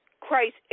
Christ